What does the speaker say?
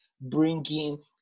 bringing